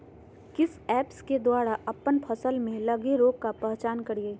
किस ऐप्स के द्वारा अप्पन फसल में लगे रोग का पहचान करिय?